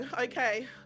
Okay